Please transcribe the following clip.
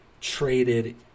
traded